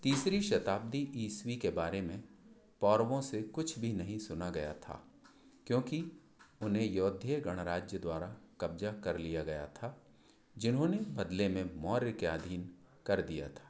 तीसरी शताब्दी ईस्वी के बारे में पौरवों से कुछ भी नहीं सुना गया था क्योंकि उन्हें यौधेय गणराज्य द्वारा कब्जा कर लिया गया था जिन्होंने बदले में मौर्य के आधीन कर दिया था